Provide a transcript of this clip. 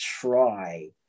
try